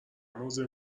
موضوع